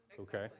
Okay